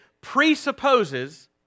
presupposes